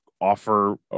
offer